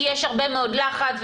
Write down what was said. כי יש הרבה מאוד לחץ,